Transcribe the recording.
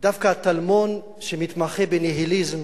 דווקא טלמון, שמתמחה בניהיליזם,